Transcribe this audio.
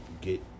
get